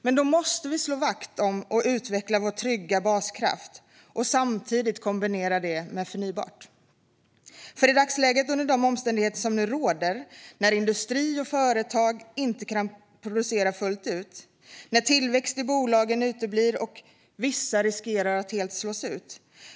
Men då måste vi slå vakt om och utveckla vår trygga baskraft och samtidigt kombinera det med förnybart. De omständigheter som i dagsläget råder är att industri och företag inte kan producera fullt ut, att tillväxt i bolagen uteblir och att vissa riskerar att helt slås ut.